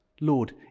Lord